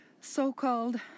so-called